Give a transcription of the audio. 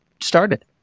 started